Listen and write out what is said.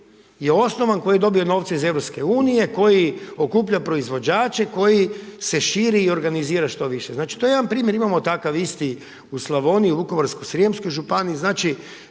je osnovan, koji je dobio novce iz EU, koji okuplja proizvođače, koji se širi i organizira što više. Znači to je jedan primjer, imamo takav isti u Slavoniji, u Vukovarsko-srijemskoj županiji,